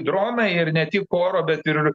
dronai ir ne tik oro bet ir